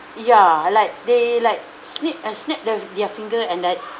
ya like they like snipped and snipped the their finger and that